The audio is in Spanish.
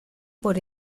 por